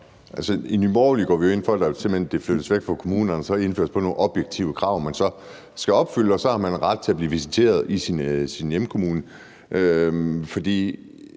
Borgerlige går vi jo ind for, at det simpelt hen flyttes væk fra kommunerne, og at der indføres nogle objektive krav, man så skal opfylde, og at så har man ret til at blive visiteret til det i sin hjemkommune. I